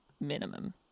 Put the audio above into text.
minimum